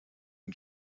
une